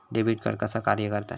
Debit card कसा कार्य करता?